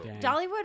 Dollywood